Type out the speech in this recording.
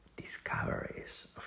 discoveries